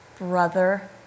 Brother